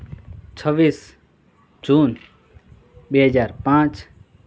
છવ્વીસ જૂન બે હજાર પાંચ